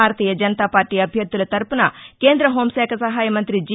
భారతీయ జనతాపార్టీ అభ్యర్దుల తరపున కేంద్ర హెూంశాఖ సహాయ మంతి జి